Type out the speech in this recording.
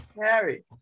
Harry